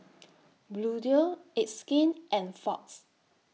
Bluedio It's Skin and Fox